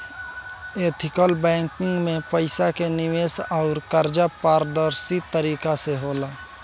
ethical banking में पईसा के निवेश अउर कर्जा पारदर्शी तरीका से होला